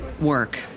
work